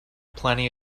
plenty